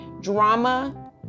Drama